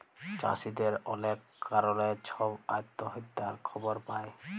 চাষীদের অলেক কারলে ছব আত্যহত্যার খবর পায়